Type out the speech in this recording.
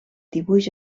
dibuix